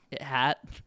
hat